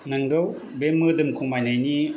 नंगौ बे मोदोम खमायनायनि